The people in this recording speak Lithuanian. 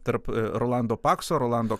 tarp rolando pakso rolando